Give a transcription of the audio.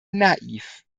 naiv